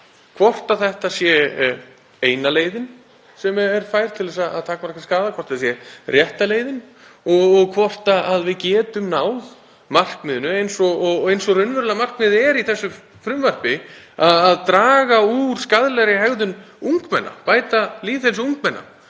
hvort þetta sé eina leiðin sem er fær til að takmarka skaðann, hvort þetta sé rétta leiðin og hvort við getum náð markmiðinu, eins og raunverulega markmiðið er í þessu frumvarpi, að draga úr skaðlegri hegðun ungmenna, bæta lýðheilsu ungmenna,